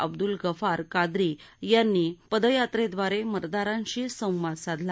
अब्दुल गफार कादरी यांनी पदयात्रेब्रारे मतदारांशी संवाद साधला